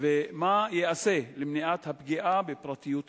3. מה ייעשה למניעת הפגיעה בפרטיות המשמשים?